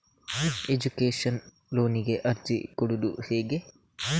Education ಲೋನಿಗೆ ಅರ್ಜಿ ಕೊಡೂದು ಹೇಗೆ?